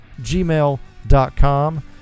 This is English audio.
gmail.com